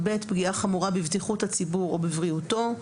פגיעה חמורה בבטיחות הציבור או בבריאותו,